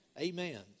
Amen